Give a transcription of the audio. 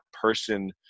person